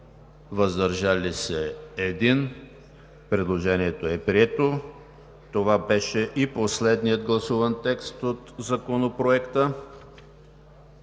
въздържал се 1. Предложението е прието. Това беше и последният гласуван текст от Законопроекта.